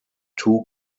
two